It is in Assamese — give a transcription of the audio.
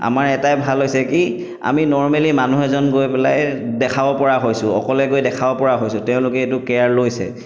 আমাৰ এটাই ভাল হৈছে কি আমি নৰ্মেলি মানুহ এজন গৈ পেলাই দেখাব পৰা হৈছোঁ অকলে গৈ দেখাব পৰা হৈছোঁ তেওঁলোকে এইটো কেয়াৰ লৈছে